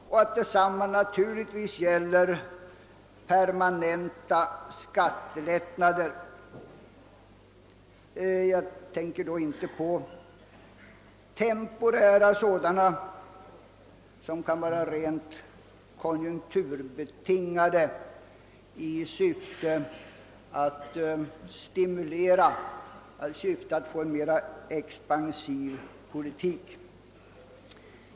Detsamma gäller naturligtvis permanenta skattelättnader; jag tänker då inte på temporära sådana, som kan vara rent konjunkturbetingade och syfta till att skapa en mera expansiv politik.